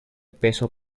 peso